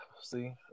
See